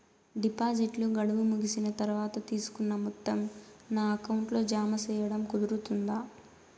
డిపాజిట్లు గడువు ముగిసిన తర్వాత, తీసుకున్న మొత్తం నా అకౌంట్ లో జామ సేయడం కుదురుతుందా?